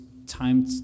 Time